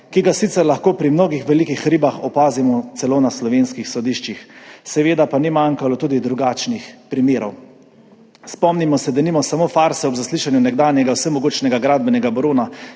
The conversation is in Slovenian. ki ga sicer lahko pri mnogih velikih ribah opazimo celo na slovenskih sodiščih. Seveda pa ni manjkalo tudi drugačnih primerov. Spomnimo se denimo samo farse ob zaslišanju nekdanjega vsemogočnega gradbenega barona